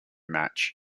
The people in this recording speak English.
match